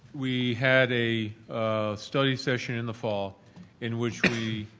we had a study session in the fall in which we